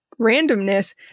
randomness